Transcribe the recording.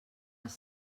els